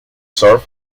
surf